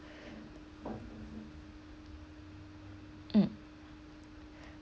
mm